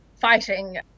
fighting